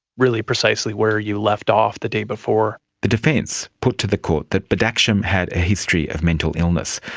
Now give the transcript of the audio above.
really precisely where you left off the day before. the defence put to the court that badakhshan had a history of mental illness,